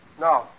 No